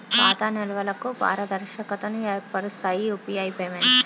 ఖాతా నిల్వలకు పారదర్శకతను ఏర్పరుస్తాయి యూపీఐ పేమెంట్స్